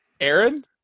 Aaron